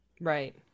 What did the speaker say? Right